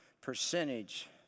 percentage